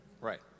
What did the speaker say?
Right